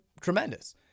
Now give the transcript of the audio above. tremendous